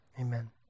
Amen